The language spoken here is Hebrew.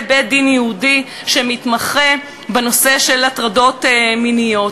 בית-דין ייעודי שמתמחה בנושא של הטרדות מיניות.